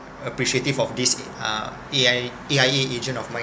appreciative of this uh A_I_A agent of mine